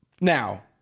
Now